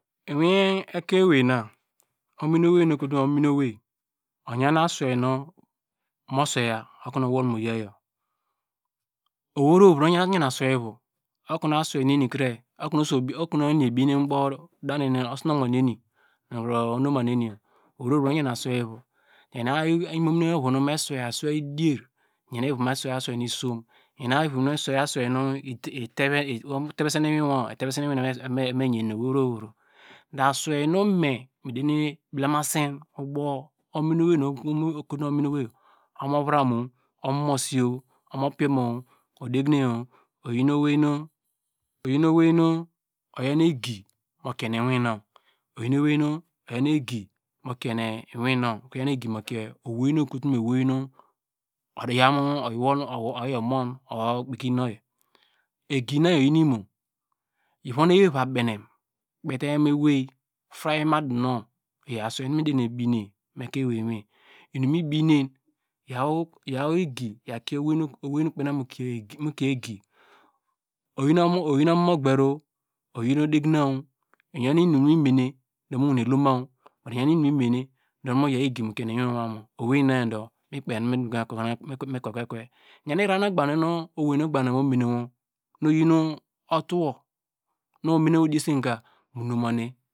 Mu iwin ekein ewei na ominnuwei nu ekoto ominnuwei, oyan aswei nu mu sweiya okonu owol mu yaw yor, eweivro eyan aswei ibu okonu aswei nene kreyo okonu eni ebinem mu baw daneni, usunomo neni nu kro onomanene, eweikre eyan aswei ivo, eyan imominewei evu, me swei aswei dier, eyan evo nu me swei aswei dier, eyan evo nu me swei aswei nu isom, nu etebesen iwin evu me yan nu owevro wei yro du aswei nu me mi deri blemaseny mu ubow ominowei nu ekoto mu omomosi yor, omopi omor odegineh, oyein. Owei nu oyin owei nu oyaw nu egi mu kie ne iwin num okro yawnu egi mokie owei nu oyi omon or okpekinu oyi egi na yor oyi nu imor, vonu ewei va benem kpeta yaw mu ewei, freiny mu adonion, iyor aswei nu mi derene binem mu ekein ewei me, inum nu mi binen yaw egi yaw kie ewei nu ikpen okonu mu kie egi, oyan omomogbero oyan odeginan, iyan inum mu me ne, mi wa loma, iyan inum mu me ne mu wa yawu egi mu kiene iwiwu ma mu owei na ikpe okonu mikweke ekwe iyan irara nu ogbany ke mu mene wo nu oyinu utowo nu omenewo diesen ka nomane.